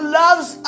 loves